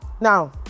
now